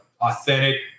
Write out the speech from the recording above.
authentic